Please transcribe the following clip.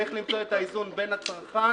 איזה מגננות?